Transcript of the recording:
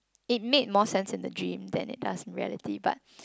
it made more sense in the dream than it does in reality but